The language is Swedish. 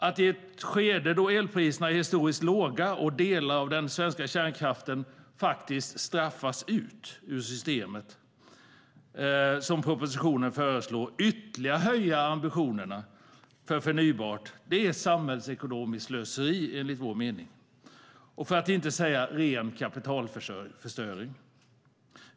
Att i ett skede då elpriserna är historiskt låga och delar av den svenska kärnkraften straffas ut ur systemet ytterligare höja ambitionerna för förnybart, som propositionen föreslår, är enligt vår mening samhällsekonomiskt slöseri, för att inte säga ren kapitalförstöring.